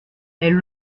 elles